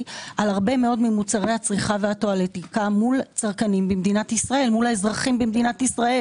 על הרבה מאוד ממוצרי הצריכה והטואלטיקה מול האזרחים במדינת ישראל.